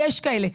יש כאלה.